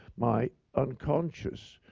my unconscious,